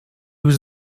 was